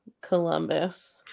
Columbus